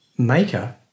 maker